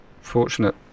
fortunate